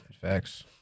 Facts